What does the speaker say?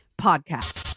Podcast